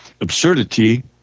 absurdity